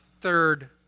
third